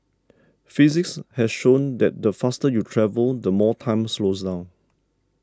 physics has shown that the faster you travel the more time slows down